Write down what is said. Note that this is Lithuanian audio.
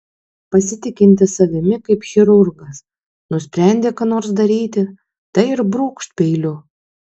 pasitikintis savimi kaip chirurgas nusprendė ką nors daryti tai ir brūkšt peiliu